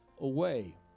away